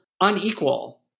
unequal